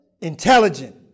Intelligent